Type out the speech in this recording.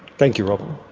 thank you robyn.